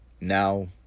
Now